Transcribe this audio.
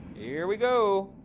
here we go.